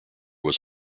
was